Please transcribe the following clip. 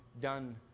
done